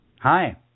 Hi